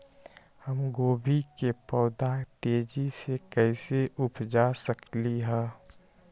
हम गोभी के पौधा तेजी से कैसे उपजा सकली ह?